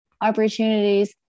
opportunities